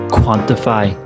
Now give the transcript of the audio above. quantify